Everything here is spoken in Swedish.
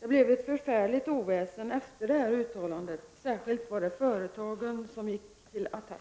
det blev ett förfärligt oväsen efter det uttalandet. Särskilt vad det företagen som gick till attack.